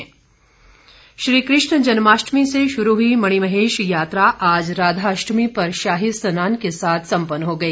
शाही स्नान कृष्ण जन्माष्टमी से शुरू हुई मणिमहेश यात्रा आज राधा अष्टमी पर शाही स्नान के साथ संपन्न हो गई